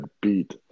beat